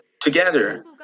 together